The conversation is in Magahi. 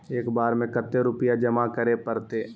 एक बार में कते रुपया जमा करे परते?